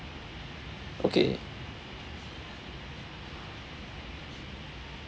okay